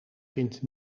vind